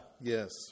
Yes